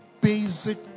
basic